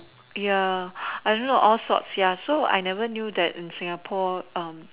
ya I don't know all sorts so I never knew that in Singapore um